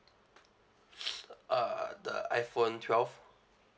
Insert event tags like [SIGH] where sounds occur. [NOISE] uh the iphone twelve